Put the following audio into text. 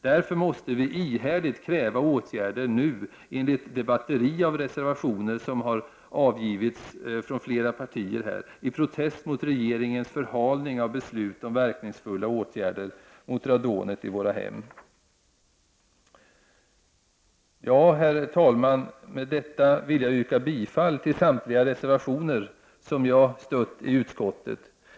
Därför måste vi ihärdigt kräva åtgärder nu enligt det batteri av reservationer som har avgivits från flera partier i protest mot regeringens förhalning av beslut om verkningsfulla åtgärder mot radonet i våra hem. Herr talman! Med detta vill jag yrka bifall till samtliga reservationer som jag stött i utskottet.